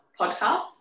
Podcasts